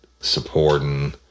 supporting